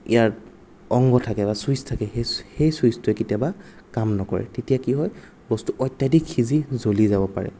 ইয়াত অংগ থাকে বা চুইট্ছ থাকে সেই সেই চুইট্ছটোৱে কেতিয়াবা কাম নকৰে তেতিয়া কি হয় বস্তু অত্যধিক সিজি জ্বলি যাব পাৰে